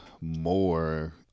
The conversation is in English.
more